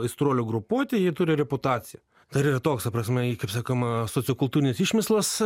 aistruolių grupuotė ji turi reputaciją dar yra toks ta prasme kaip sakoma sociokultūrinis išmislas